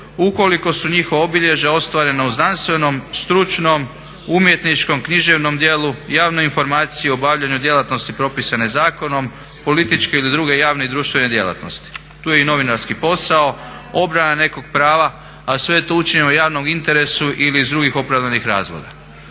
ukoliko su njihova obilježja ostvarena u znanstvenom, stručnom, umjetničkom, književnom djelu, javnoj informaciji obavljenoj djelatnosti propisane zakonom, političke ili druge javne i društvene djelatnosti. Tu je i novinarski posao, obrana nekog prava, a sve je to učinjeno u javnom interesu ili iz drugih opravdanih razloga.